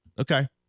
okay